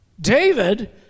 David